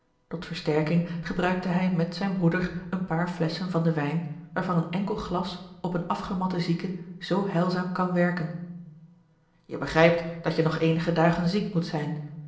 tot versterking gebruikte hij met zijn broeder een paar flesschen van den wijn waarvan een enkel glas op een afgematten zieke zoo heilzaam kan werken je begrijpt dat je nog eenige dagen ziek moet zijn